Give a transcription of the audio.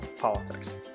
politics